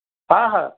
हा हा